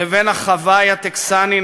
לבין החוואי הטקסני,